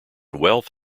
wealth